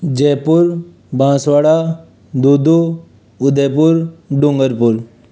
Jaipur Banswara Dudu Udaipur Dungarpur